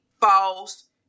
false